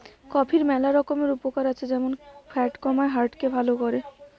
কফির ম্যালা রকমের উপকার আছে যেমন ফ্যাট কমায়, হার্ট কে ভাল করে